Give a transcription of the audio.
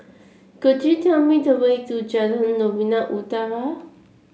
could you tell me the way to Jalan Novena Utara